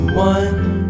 One